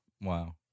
Wow